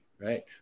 right